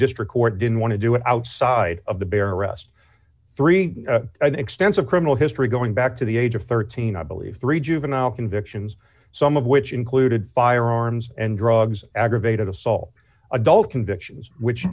court didn't want to do it outside of the bear arrest three an extensive criminal history going back to the age of thirteen i believe three juvenile convictions some of which included firearms and drugs aggravated assault adult convictions which